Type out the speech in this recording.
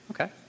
Okay